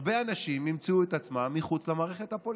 הרבה אנשים ימצאו את עצמם מחוץ למערכת הפוליטית,